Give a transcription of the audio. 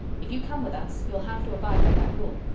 if you come with us you'll have to abide by that rule.